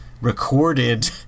recorded